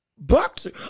Boxer